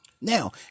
Now